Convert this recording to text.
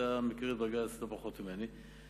ואתה מכיר את בג"ץ לא פחות טוב ממני,